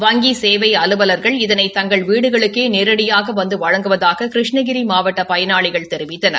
வங்கி சேவை அலுவலர்கள் இதனை தங்கள் வீடுகளுக்கே நேரடியாக வந்து வழங்குவதாக கிருஷ்ணகிரி மாவட்ட பயனாளிகள் தெரிவித்தனர்